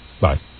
Bye